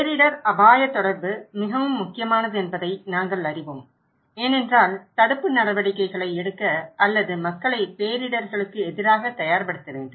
பேரிடர் அபாய தொடர்பு மிகவும் முக்கியமானது என்பதை நாங்கள் அறிவோம் ஏனென்றால் தடுப்பு நடவடிக்கைகளை எடுக்க அல்லது மக்களை பேரிடர்களுக்கு எதிராக தயார்படுத்த வேண்டும்